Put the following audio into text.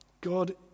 God